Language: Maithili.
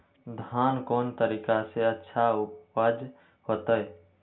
धान कोन तरीका से अच्छा उपज होते?